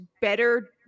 better